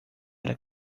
era